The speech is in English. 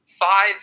Five